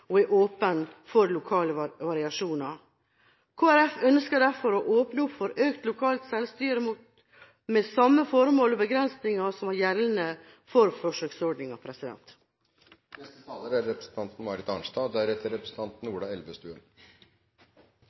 og er åpen for lokale variasjoner. Kristelig Folkeparti ønsker derfor å åpne opp for økt lokalt selvstyre – med samme formål og begrensninger som var gjeldende før forsøksordninga.